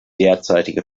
derzeitige